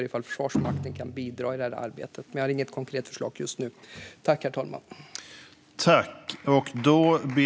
Ifall Försvarsmakten kan bidra i detta arbete är jag öppen för det, men jag har inget konkret förslag just nu.